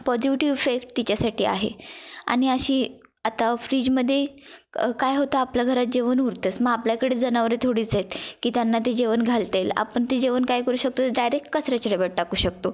positive effect तिच्यासाठी आहे आणि अशी आता फ्रीजमध्ये क काय होतं आपल्या घरात जेवण उरतंच मग आपल्याकडे जनावरे थोडीच आहेत की त्यांना ते जेवण घालता येईल आपण ते जेवण काय करू शकतो डायरेक कचऱ्याच्या डब्यात टाकू शकतो